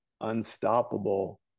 unstoppable